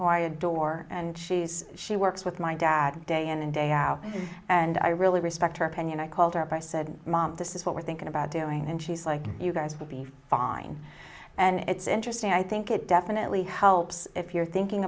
i adore and she's she works with my dad day in and day out and i really respect her opinion i called her by said mom this is what we're thinking about doing and she's like you guys will be fine and it's interesting i think it definitely helps if you're thinking